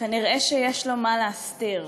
כנראה יש לו מה להסתיר.